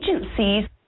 agencies